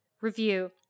review